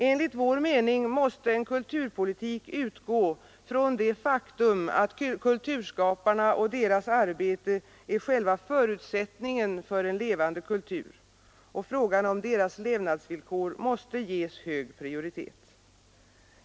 Enligt vår mening måste en kulturpolitik utgå från det faktum att kulturskaparna och deras arbete är själva förutsättningen för en levande kultur, och frågan om deras levnadsvillkor måste ges hög prioritet.